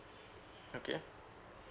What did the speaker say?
okay